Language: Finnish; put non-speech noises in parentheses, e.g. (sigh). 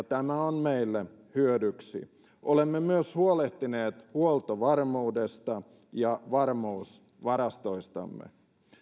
(unintelligible) tämä on meille hyödyksi olemme myös huolehtineet huoltovarmuudesta ja varmuusvarastoistamme